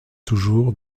toujours